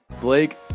Blake